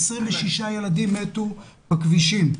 26 ילדים מתו בכבישים.